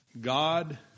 God